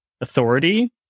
authority